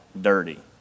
dirty